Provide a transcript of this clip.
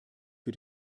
für